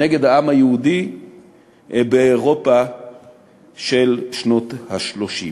נגד העם היהודי באירופה של שנות ה-30.